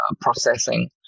processing